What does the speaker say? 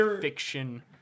fiction